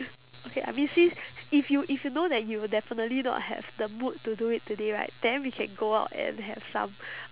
okay I mean since if you if you know that you will definitely not have the mood to do it today right then we can go out and have some